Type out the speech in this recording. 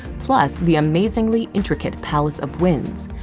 plus the amazingly intricate palace of winds.